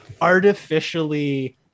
artificially